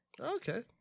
Okay